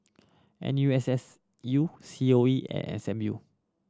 N U S S U C O E and S M U